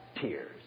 tears